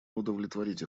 удовлетворить